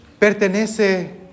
pertenece